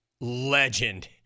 legend